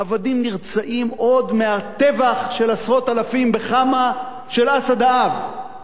עבדים נרצעים עוד מהטבח של עשרות-אלפים בחאמה של אסד האב.